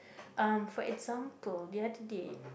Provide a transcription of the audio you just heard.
uh for example the other day